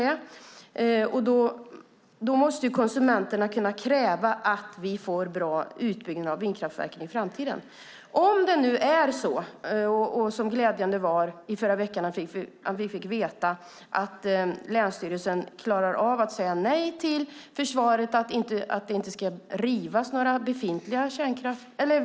Konsumenterna måste kunna kräva en bra utbyggnad av vindkraftverken i framtiden. I förra veckan fick vi glädjande nog veta att länsstyrelsen klarar av att säga nej till försvaret och att det inte ska rivas några befintliga vindkraftverk.